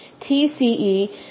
TCE